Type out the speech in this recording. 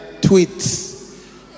tweets